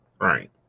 Right